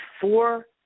four